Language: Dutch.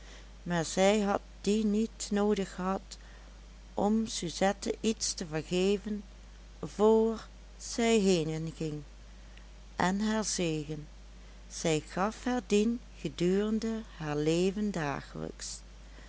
maar zij had die niet noodig gehad om suzette iets te vergeven vr zij henenging en haar zegen zij gaf haar dien gedurende haar leven dagelijks